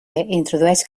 introdueix